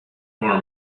nor